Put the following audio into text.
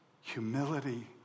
humility